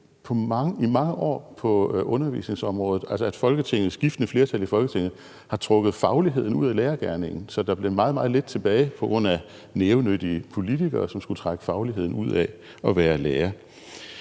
i mange år på undervisningsområdet, altså at skiftende flertal i Folketinget har trukket fagligheden ud af lærergerningen, så der blev meget, meget lidt tilbage på grund af nævenyttige politikere, som skulle trække fagligheden ud af det at være lærer.